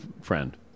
friend